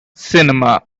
cinema